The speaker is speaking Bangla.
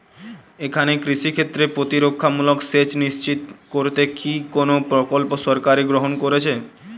এখানে কৃষিক্ষেত্রে প্রতিরক্ষামূলক সেচ নিশ্চিত করতে কি কোনো প্রকল্প সরকার গ্রহন করেছে?